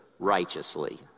Righteously